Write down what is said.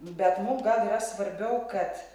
bet mum gal yra svarbiau kad